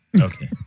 Okay